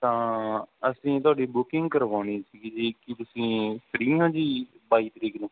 ਤਾਂ ਅਸੀਂ ਤੁਹਾਡੀ ਬੁਕਿੰਗ ਕਰਵਾਉਣੀ ਸੀਗੀ ਜੀ ਕੀ ਤੁਸੀਂ ਫਰੀ ਹੋ ਜੀ ਬਾਈ ਤਰੀਕ ਨੂੰ